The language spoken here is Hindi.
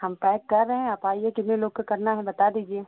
हम पैक कर रहे हैं आप आइए कितना लोग का करना है बता दीजिए